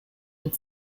and